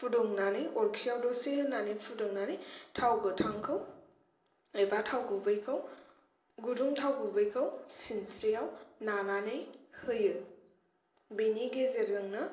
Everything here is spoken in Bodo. फुदुंनानै अरखियाव दसे होनानै फुदुंनानै थाव गोथांखौ एबा थाव गुबैखौ गुदुं थाव गुबैखौ सिनस्रियाव नानानै होयो बिनि गेजेरजोंनो